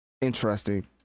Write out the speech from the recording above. interesting